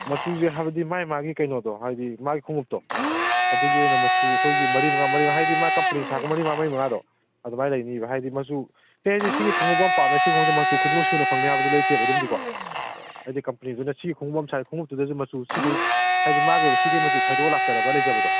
ꯃꯆꯨꯁꯦ ꯍꯥꯏꯕꯗꯤ ꯃꯥꯏ ꯃꯥꯒꯤ ꯀꯩꯅꯣꯗꯣ ꯍꯥꯏꯗꯤ ꯃꯥꯏ ꯈꯨꯃꯨꯛꯇꯣ ꯑꯗꯨꯒꯤ ꯑꯣꯏꯅ ꯃꯆꯨ ꯑꯨꯈꯣꯏꯒꯤ ꯃꯔꯤ ꯃꯉꯥ ꯃꯔꯤ ꯃꯉꯥ ꯍꯥꯏꯗꯤ ꯃꯥ ꯀꯝꯄꯅꯤꯅ ꯁꯥꯔꯛꯄ ꯃꯔꯤ ꯃꯉꯥ ꯃꯔꯤ ꯃꯉꯥꯗꯣ ꯑꯗꯨꯃꯥꯏꯅ ꯂꯩꯅꯤꯕ ꯍꯥꯏꯗꯤ ꯃꯆꯨ ꯁꯦ ꯑꯩꯗꯤ ꯁꯤꯒꯤ ꯈꯨꯃꯨꯛ ꯑꯃ ꯄꯥꯝꯃꯦ ꯁꯤ ꯈꯨꯃꯨꯛꯁꯤ ꯃꯆꯨ ꯈꯨꯗꯤꯡꯃꯛ ꯁꯨꯅ ꯐꯪꯅꯦ ꯍꯥꯏꯕꯗꯨ ꯂꯩꯇꯦꯕ ꯑꯗꯨꯝꯗꯤꯀꯣ ꯍꯥꯏꯗꯤ ꯀꯝꯄꯅꯤꯗꯨꯅ ꯁꯤ ꯈꯨꯃꯨꯛ ꯑꯃ ꯁꯥꯏ ꯈꯨꯃꯨꯛꯇꯨꯗꯁꯨ ꯃꯆꯨ ꯁꯤꯈꯩ ꯍꯥꯏꯗꯤ ꯃꯥꯒꯤ ꯑꯣꯏꯕ ꯁꯤꯈꯩ ꯃꯆꯨ ꯈꯥꯏꯗꯣꯛꯑ ꯂꯥꯛꯆꯔꯒ ꯂꯩꯖꯕꯗꯣ